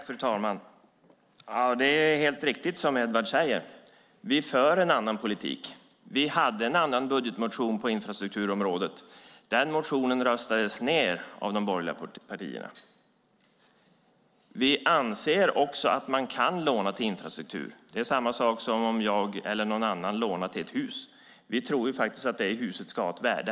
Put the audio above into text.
Fru talman! Det är helt riktigt som Edward säger; vi för en annan politik. Vi hade en annan budgetmotion på infrastrukturområdet. Den motionen röstades ned av de borgerliga partierna. Vi anser också att man kan låna till infrastruktur. Det är samma sak som om jag eller någon annan lånar till ett hus. Vi tror att det huset ska ha ett värde.